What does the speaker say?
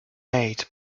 made